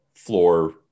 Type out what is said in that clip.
Floor